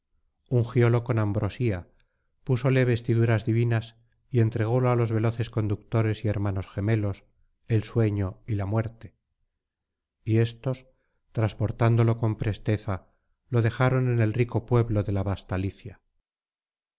ungiólo con ambrosía púsole vestiduras divinas y entrególo á los veloces conductores y hermanos gemelos el sueño y la muerte y éstos transportándolo con presteza lo dejaron en el rico pueblo de la vasta